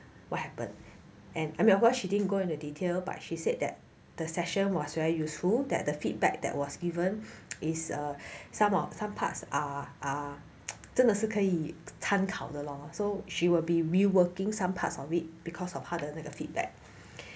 what happened and I remember she didn't go into detail but she said that the session was very useful that the feedback that was given is err some of some parts are are 真的是可以参考的 lor so she will be re working some parts of it because 他的那个 feedback